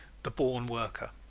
the born worker